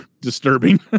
disturbing